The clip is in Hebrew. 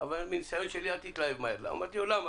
אבל לפי הניסיון שלו שלא אתלהב מהר כי באוצר,